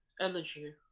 energy